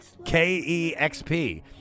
KEXP